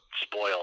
spoiled